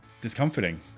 Discomforting